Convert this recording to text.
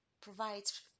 provides